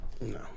No